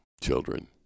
children